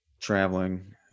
traveling